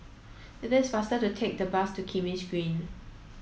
it is faster to take the bus to Kismis Green